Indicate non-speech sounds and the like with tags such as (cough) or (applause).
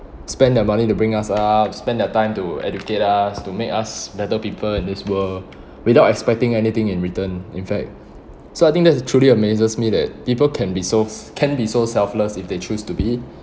spend their money to bring us up spend their time to educate us to make us better people in this world (breath) without expecting anything in return in fact so I think that's truly amazes me that people can be so can be so selfless if they choose to be